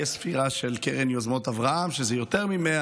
יש ספירה של קרן יוזמות אברהם שזה יותר מ-100,